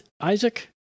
Isaac